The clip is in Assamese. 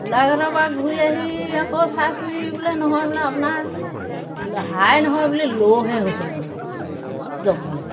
গোলাঘাটৰ পৰা ঘূৰি আহি আকৌ চাইছোঁহি বোলে নহয় বোলে আপোনাৰ হাই নহয় বোলে ল'হে হৈছে বোলে যাওক বোলে